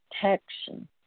protection